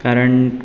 कारण